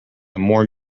more